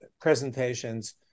presentations